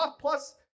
Plus